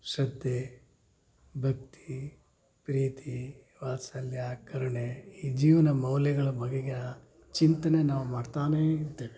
ಶ್ರದ್ದೆ ಭಕ್ತಿ ಪ್ರೀತಿ ವಾತ್ಸಲ್ಯ ಕರುಣೆ ಈ ಜೀವನ ಮೌಲ್ಯಗಳ ಬಗೆಗೆ ಚಿಂತನೆ ನಾವು ಮಾಡ್ತಾನೆ ಇರ್ತೇವೆ